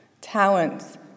talents